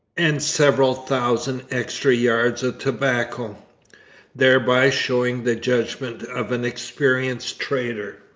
and several thousand extra yards of tobacco thereby showing the judgment of an experienced trader.